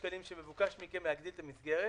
שמבוקש מכם להגדיל את המסגרת,